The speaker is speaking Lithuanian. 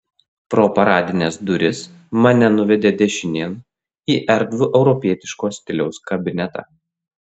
pro paradines duris mane nuvedė dešinėn į erdvų europietiško stiliaus kabinetą